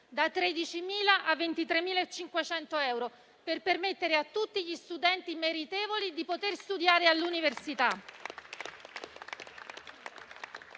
da 13.000 a 23.500 euro, per permettere a tutti gli studenti meritevoli di studiare all'università.